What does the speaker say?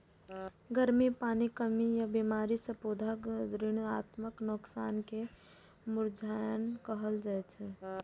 गर्मी, पानिक कमी या बीमारी सं पौधाक दृढ़ताक नोकसान कें मुरझेनाय कहल जाइ छै